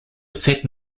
set